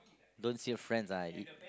don't steal friends ah I eat